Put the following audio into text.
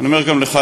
אני אומר גם לך,